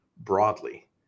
broadly